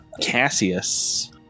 Cassius